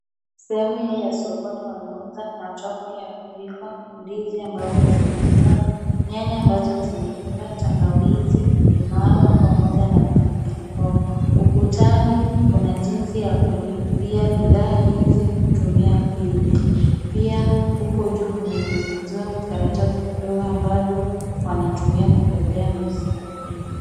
Sehemuj ya sokoni wanauza matoke ya kupika, ndizi ambazo zimeiiva, nyanya ambazo zimeivaiva, tangawizi, limau, pamoja na pilipilihoho. Ukutani kuna jinsi ya kulipia bidhaa hizi kutumia pay bill. Pia huku juu kumeningiziwa kwa karatasidogo ambazo wanatumia kutabea mizigo hii.